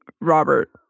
Robert